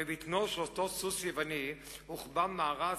בבטנו של אותו סוס יווני הוחבא מארז